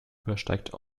übersteigt